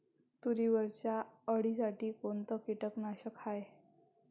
तुरीवरच्या अळीसाठी कोनतं कीटकनाशक हाये?